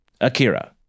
Akira